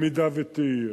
אם תהיה.